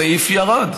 הסעיף ירד.